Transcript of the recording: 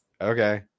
Okay